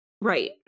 Right